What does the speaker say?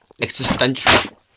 existential